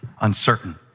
uncertain